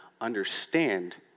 understand